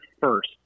first